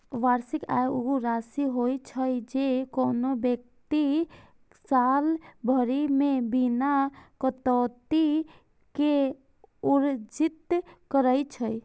वार्षिक आय ऊ राशि होइ छै, जे कोनो व्यक्ति साल भरि मे बिना कटौती के अर्जित करै छै